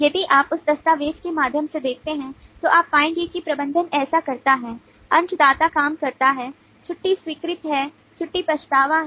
यदि आप उस दस्तावेज़ के माध्यम से देखते हैं तो आप पाएंगे कि प्रबंधक ऐसा करता है अंशदाता काम करता है छुट्टी स्वीकृत है छुट्टी पछतावा है